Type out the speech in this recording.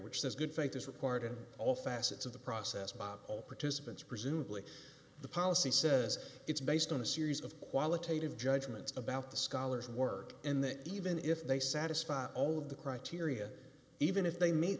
which says good faith is required in all facets of the process by all participants presumably the policy says it's based on a series of qualitative judgments about the scholars work and that even if they satisfy all of the criteria even if they me